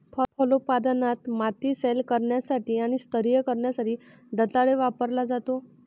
फलोत्पादनात, माती सैल करण्यासाठी आणि स्तरीय करण्यासाठी दंताळे वापरला जातो